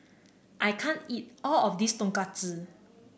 I can't eat all of this Tonkatsu